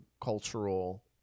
cultural